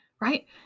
right